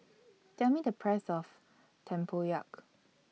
Tell Me The Price of Tempoyak